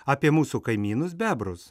apie mūsų kaimynus bebrus